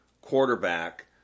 quarterback